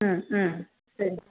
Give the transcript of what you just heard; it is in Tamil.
ம் ம் சரி